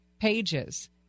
pages